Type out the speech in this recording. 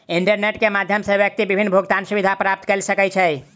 internet के माध्यम सॅ व्यक्ति विभिन्न भुगतान सुविधा प्राप्त कय सकै छै